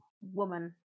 woman